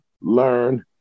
learn